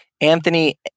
anthony